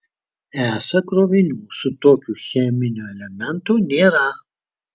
esą krovinių su tokiu cheminiu elementu nėra